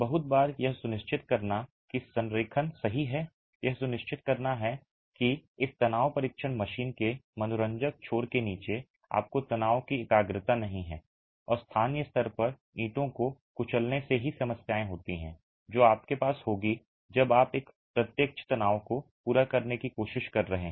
बहुत बार यह सुनिश्चित करना कि संरेखण सही है यह सुनिश्चित करना कि इस तनाव परीक्षण मशीन के मनोरंजक छोर के नीचे आपको तनाव की एकाग्रता नहीं है और स्थानीय स्तर पर ईंटों को कुचलने से ही समस्याएं होती हैं जो आपके पास होगी जब आप एक प्रत्यक्ष तनाव को पूरा करने की कोशिश कर रहे हैं